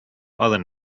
other